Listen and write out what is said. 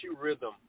rhythm